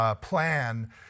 plan